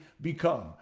become